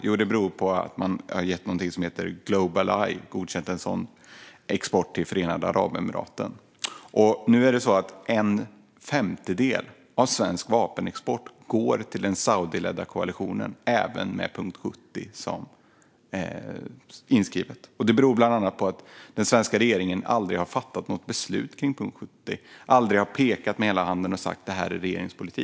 Jo, det beror på att man har någonting som heter Global Eye och har godkänt en sådan export till Förenade Arabemiraten. En femtedel av svensk vapenexport går nu till den saudiledda koalitionen även med punkt 70 inskriven. Det beror bland annat på att den svenska regeringen aldrig har fattat något beslut kring punkt 70. Man har aldrig pekat med hela handen och sagt: Det här är regeringens politik.